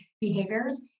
behaviors